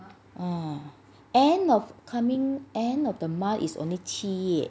mm end of coming end of the month is only 七月